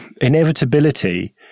inevitability